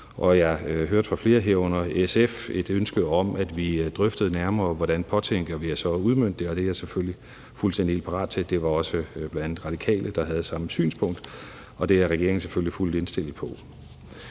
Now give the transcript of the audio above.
jeg hørte fra flere, herunder SF, et ønske om, at vi drøftede nærmere, hvordan vi så påtænker os at udmønte det, og det er jeg selvfølgelig fuldstændig parat til. Det var også bl.a. Radikale, der havde samme synspunkt, og det er regeringen selvfølgelig fuldt indstillet på.